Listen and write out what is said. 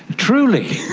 truly,